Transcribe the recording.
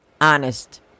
Honest